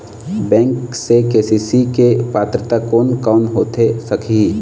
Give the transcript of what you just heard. Bank से KCC के पात्रता कोन कौन होथे सकही?